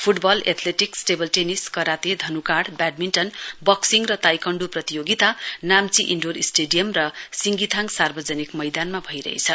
football athletics table tennis karate धनुकाँड badminton boxing र taekwondo प्रतियोगिता नाम्ची इन्डोर स्टेडियममा र सिंगीथाङ सार्वजनिक मैदानमा भइरहेछ